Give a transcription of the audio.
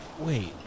Wait